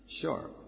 sure